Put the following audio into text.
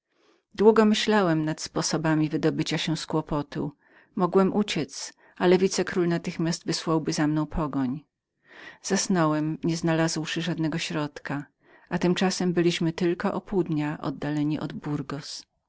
długo marzyłem nad sposobami wydobycia się z kłopotu mogłem uciec ale wicekról natychmiast wysłałby za mną pogoń zasnąłem nie znalazłszy żapnegożadnego środka a tymczasem byliśmy tylko o jeden dzień oddaleni